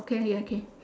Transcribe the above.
K okay